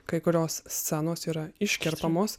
kai kurios scenos yra iškertamos